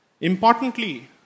Importantly